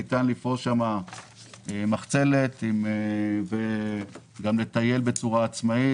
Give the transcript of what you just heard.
ניתן לפרוס שם מחצלת וגם לטייל בצורה עצמאית.